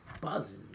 buzzing